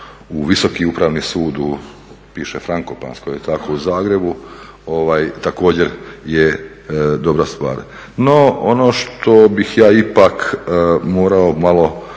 u Visoki upravni sud u piše Frankopanskoj u Zagrebu, također je dobra stvar. No ono što bih ja ipak morao malo